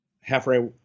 halfway